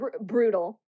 brutal